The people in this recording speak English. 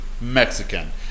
Mexican